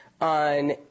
on